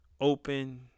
open